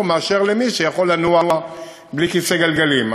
מאשר למי שיכול לנוע בלי כיסא גלגלים?